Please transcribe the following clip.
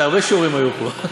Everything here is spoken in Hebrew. זה הרבה שיעורים שהיו פה.